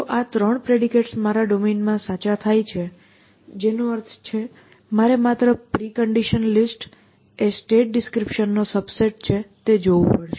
જો આ 3 પ્રેડિકેટ્સ મારા ડોમેનમાં સાચા થાય છે જેનો અર્થ છે મારે માત્ર પ્રિકન્ડિશન લિસ્ટ એ સ્ટેટ ડિસ્ક્રિપ્શન નો સબસેટ છે તે જોવું પડશે